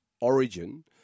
Origin